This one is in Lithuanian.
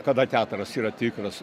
kada teatras yra tikras